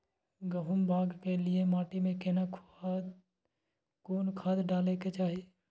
गहुम बाग के लिये माटी मे केना कोन खाद डालै के चाही?